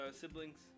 siblings